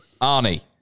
Arnie